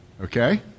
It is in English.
Okay